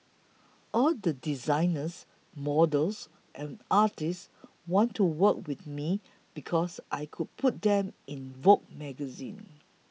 all the designers models and artists wanted to work with me because I could put them in Vogue magazine